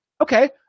okay